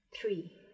three